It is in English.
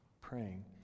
praying